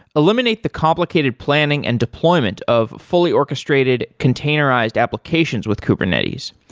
eliminate the complicated planning and deployment of fully orchestrated containerized applications with kubernetes.